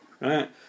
right